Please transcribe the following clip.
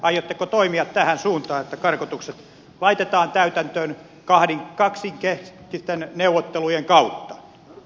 aiotteko toimia tähän suuntaan että karkotukset laitetaan täytäntöön kahdenkeskisten neuvottelujen kautta